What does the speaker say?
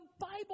Bible